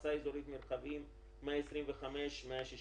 מועצה אזורית מרחבים 125,163,